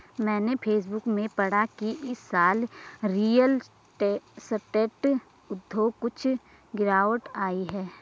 मैंने फेसबुक में पढ़ा की इस साल रियल स्टेट उद्योग कुछ गिरावट आई है